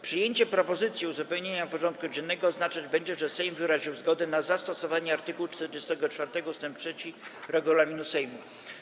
Przyjęcie propozycji uzupełnienia porządku dziennego oznaczać będzie, że Sejm wyraził zgodę na zastosowanie art. 44 ust. 3 regulaminu Sejmu.